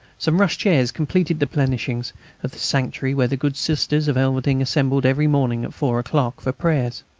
some rush chairs completed the plenishings of the sanctuary where the good sisters of elverdinghe assembled every morning at four o'clock for prayers.